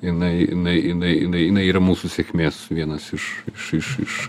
jinai jinai jinai jinai jinai yra mūsų sėkmės vienas iš iš iš iš